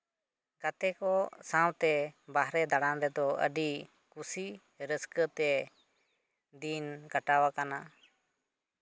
ᱜᱟᱛᱮ ᱠᱚ ᱥᱟᱶᱛᱮ ᱵᱟᱦᱨᱮ ᱫᱟᱬᱟᱱ ᱨᱮᱫᱚ ᱟᱹᱰᱤ ᱠᱩᱥᱤ ᱨᱟᱹᱥᱠᱟᱹᱛᱮ ᱫᱤᱱ ᱠᱟᱴᱟᱣ ᱟᱠᱟᱱᱟ